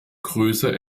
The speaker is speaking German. größe